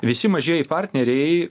visi mažieji partneriai